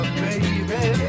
baby